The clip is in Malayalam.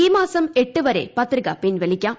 ഈ മാസം എട്ട് വരെപത്രിക പിൻവലിക്കാം